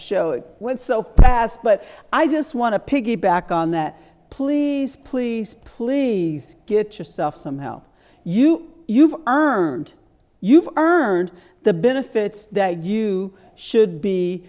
show it went so fast but i just want to piggyback on the please please please get yourself some hell you you've earned you've earned the benefits that you should